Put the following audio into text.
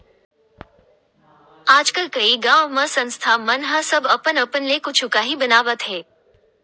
आजकल कइ गाँव म संस्था मन ह सब अपन अपन ले कुछु काही बनावत हे